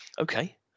Okay